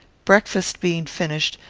breakfast being finished,